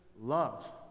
love